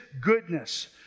goodness